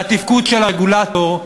והתפקוד של הרגולטור,